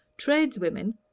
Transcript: Tradeswomen